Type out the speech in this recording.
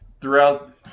Throughout